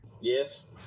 Yes